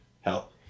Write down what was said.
help